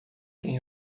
quem